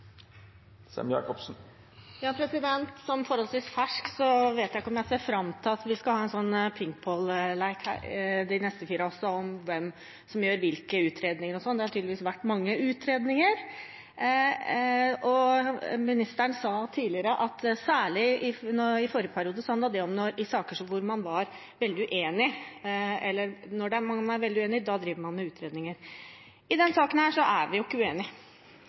Som forholdsvis fersk vet jeg ikke om jeg ser fram til at vi de neste fire årene skal ha en ping-pong-lek om hvem som gjør hvilke utredninger, det har tydeligvis vært mange utredninger. Ministeren sa tidligere at særlig i forrige periode – i saker der en var veldig uenige – drev man med utredninger. I